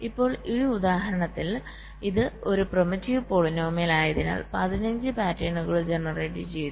ഇപ്പോൾ ഈ ഉദാഹരണത്തിന് ഇത് ഒരു പ്രിമിറ്റീവ് പോളിനോമിയൽആയതിനാൽ 15 പാറ്റേണുകൾ ജനറേറ്റ് ചെയ്തു